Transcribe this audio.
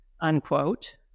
unquote